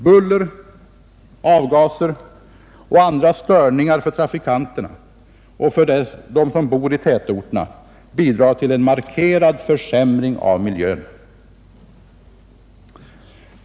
Buller, avgaser och andra störningar för trafikanterna och för dem som bor i tätorterna bidrar till en markerad försämring av miljön.